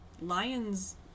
Lions